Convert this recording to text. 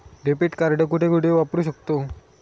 Debit card कुठे कुठे वापरू शकतव?